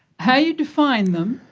how you define them,